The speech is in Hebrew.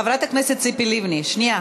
חברת הכנסת ציפי לבני, כן.